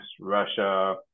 russia